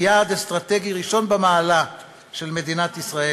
יעד אסטרטגי ראשון במעלה של מדינת ישראל,